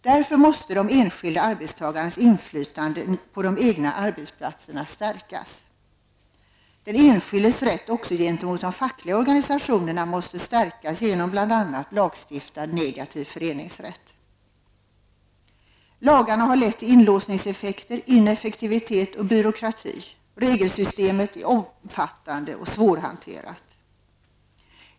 Därför måste de enskilda arbetstagarnas inflytande på den egna arbetsplatsen stärkas. Den enskildes rätt också gentemot de fackliga organisationerna måste stärkas genom lagstiftad negativ föreningsrätt. -- Lagarna har lett till inlåsningseffekter, ineffektivitet och byråkrati. Regelsystemet är omfattande och svårhanterat.